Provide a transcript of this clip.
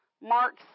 Mark